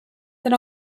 that